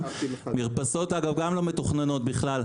מרפסות, אגב, גם לא מתוכננות בכלל.